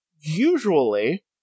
Usually